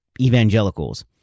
evangelicals